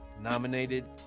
nominated